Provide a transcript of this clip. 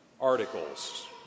articles